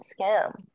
scam